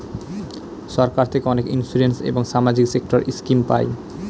সরকার থেকে অনেক ইন্সুরেন্স এবং সামাজিক সেক্টর স্কিম পায়